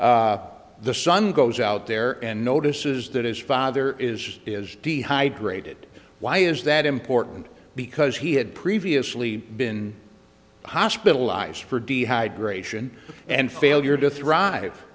the sun goes out there and notices that his father is is dehydrated why is that important because he had previously been hospitalized for dehydration and failure to thrive